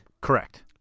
Correct